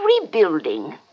rebuilding